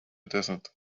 desert